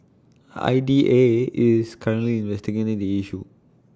I D A is currently investigating the issue